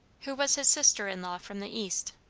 who was his sister-in-law from the east.